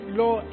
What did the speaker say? law